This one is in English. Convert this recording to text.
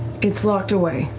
it's locked away.